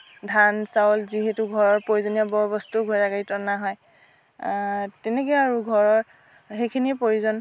ধান চাউল যিহেতু ঘৰৰ প্ৰয়োজনীয় বয় বস্তু ঘোঁৰা গাড়ীত অনা হয় তেনেকে আৰু ঘৰত সেইখিনিয়ে প্ৰয়োজন